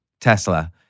Tesla